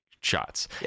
shots